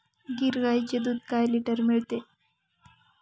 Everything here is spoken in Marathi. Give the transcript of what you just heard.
गीर गाईचे दूध काय लिटर मिळते?